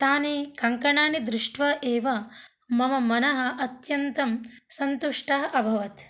तानि कङ्कणानि दृष्ट्वा एव मम मनः अत्यन्तं सन्तुष्टः अभवत्